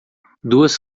duas